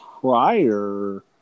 prior